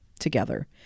together